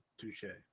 touche